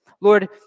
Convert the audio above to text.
Lord